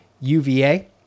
UVA